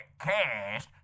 cash